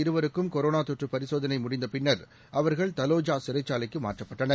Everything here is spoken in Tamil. இருவருக்கும் அவர்கள் கொரோனாதொற்றுபரிசோதனைமுடிந்தபின்னர் அவர்கள் தலோஜாசிறைச்சாலைக்குமாற்றப்பட்டனர்